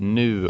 nu